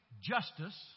justice